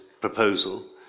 proposal